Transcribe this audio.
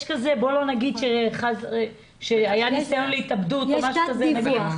יש כזה 'בוא לא נגיד שהיה ניסיון להתאבדות' --- יש תת דיווח.